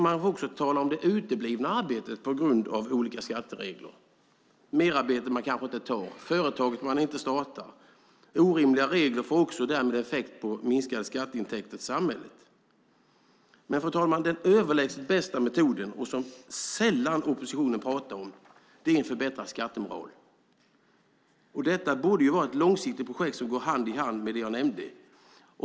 Man talar också om det uteblivna arbetet på grund av olika skatteregler, merarbete man kanske inte tar, företaget man inte startar. Orimliga regler får därmed också effekt och ger minskade skatteintäkter till samhället. Den överlägset bästa metoden, fru talman, som oppositionen sällan pratar om, är en förbättrad skattemoral. Detta borde vara ett långsiktigt projekt som går hand i hand med det jag nämnde.